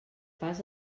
fas